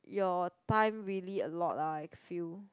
your time really a lot ah I feel